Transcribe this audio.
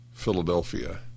Philadelphia